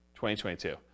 2022